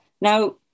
Now